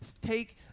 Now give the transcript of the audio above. take